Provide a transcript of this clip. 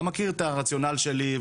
אתה מכיר את הרציונל שלי,